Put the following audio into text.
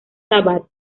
sabbath